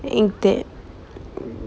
இது:ithu